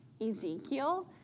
Ezekiel